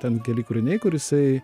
ten keli kūriniai kur jisai